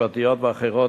משפטיות ואחרות,